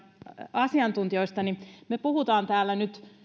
asiantuntijoista me puhumme täällä nyt